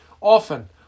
Often